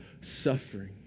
suffering